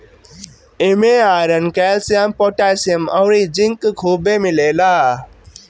इमे iron, calcium, potassium अउरी zinc खुबे मिलेला